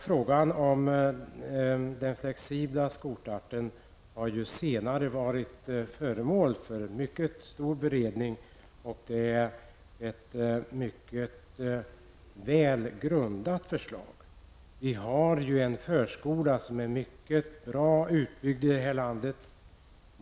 Frågan om den flexibla skolstarten har senare varit föremål för en mycket omfattande beredning, och det är ett mycket välgrundat förslag som föreligger. Vi har ju här i landet en förskola som är mycket väl utbyggd.